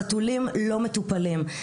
חתולים לא מטופלים.